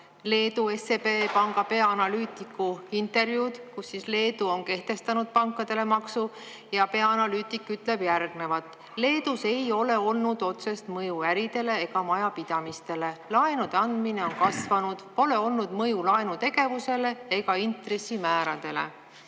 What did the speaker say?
Leedu SEB panga peaanalüütiku intervjuud, kus [on juttu ka sellest, et] Leedu on kehtestanud pankadele maksu. Peaanalüütik ütleb, et Leedus ei ole sellel olnud otsest mõju äridele ega majapidamistele. Laenude andmine on kasvanud, pole olnud mõju laenutegevusele ega intressimääradele.